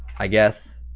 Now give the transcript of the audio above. i guess?